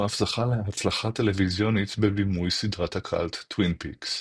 הוא אף זכה להצלחה טלוויזיונית בבימוי סדרת הקאלט "טווין פיקס".